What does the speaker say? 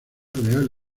real